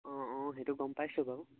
অঁ অঁ সেইটো গম পাইছোঁ বাৰু